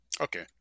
Okay